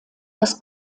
das